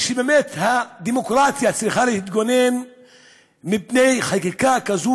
באמת הדמוקרטיה צריכה להתגונן מפני חקיקה כזו